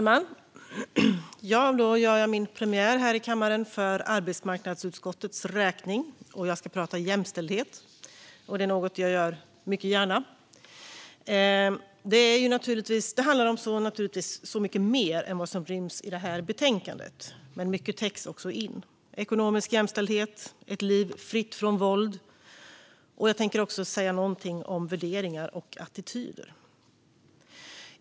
Fru talman! Då gör jag min premiär här i kammaren för arbetsmarknadsutskottets räkning. Jag ska prata jämställdhet, vilket är något jag mycket gärna gör. Det handlar naturligtvis om så mycket mer än vad som ryms i det här betänkandet, men mycket täcks också in, till exempel ekonomisk jämställdhet och ett liv fritt från våld. Jag tänker också säga någonting om värderingar och attityder.